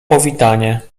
powitanie